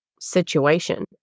situation